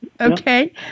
Okay